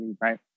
right